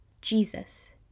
Jesus